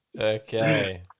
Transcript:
Okay